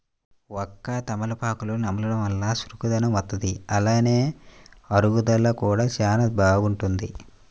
వక్క, తమలపాకులను నమలడం వల్ల చురుకుదనం వత్తది, అలానే అరుగుదల కూడా చానా బాగుంటది